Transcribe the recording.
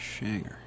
Shanger